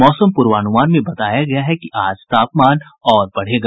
मौसम पूर्वानूमान में बताया गया है कि आज तापमान और बढ़ेगा